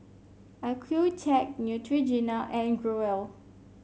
Accucheck Neutrogena and Growell